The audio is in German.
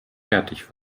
fertig